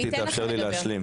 אני אתן לכם לדבר,